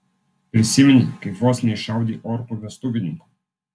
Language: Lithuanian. prisimeni kaip vos neiššaudei orkų vestuvininkų